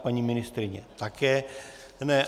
Paní ministryně také ne.